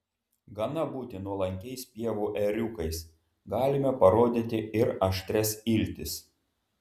gana būti nuolankiais pievų ėriukais galime parodyti ir aštrias iltis